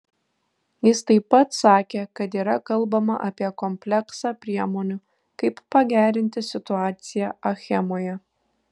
jis taip pat sakė kad yra kalbama apie kompleksą priemonių kaip pagerinti situaciją achemoje